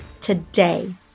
today